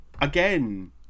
again